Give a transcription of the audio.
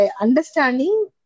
understanding